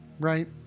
right